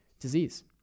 disease